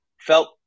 felt